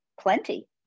plenty